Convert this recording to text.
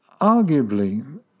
arguably